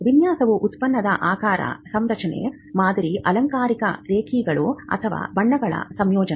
ವಿನ್ಯಾಸವು ಉತ್ಪನ್ನದ ಆಕಾರ ಸಂರಚನೆ ಮಾದರಿ ಅಲಂಕಾರಿಕ ರೇಖೆಗಳು ಅಥವಾ ಬಣ್ಣಗಳ ಸಂಯೋಜನೆ